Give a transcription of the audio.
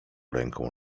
ręką